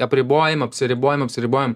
apribojam apsiribojam apsiribojam